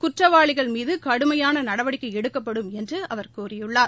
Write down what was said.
குற்றவாளிகள் மீது கடுமையான நடவடிக்கை எடுக்கப்படும் என்று அவர் கூறியுள்ளார்